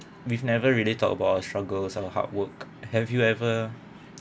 we've never really talk about our struggles our hard work have you ever